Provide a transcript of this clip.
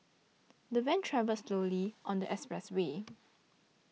the van travelled slowly on the expressway